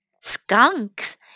skunks